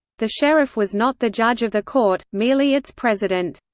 the sheriff was not the judge of the court, merely its president.